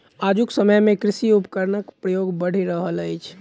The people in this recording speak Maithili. आजुक समय मे कृषि उपकरणक प्रयोग बढ़ि रहल अछि